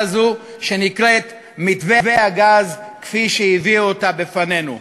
הזאת שנקראת "מתווה הגז" כפי שהביאו אותה בפנינו.